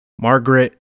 margaret